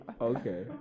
Okay